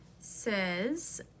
Says